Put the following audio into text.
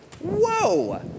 Whoa